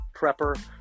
Prepper